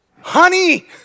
Honey